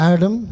Adam